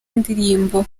indirimbo